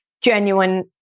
genuine